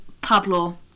pablo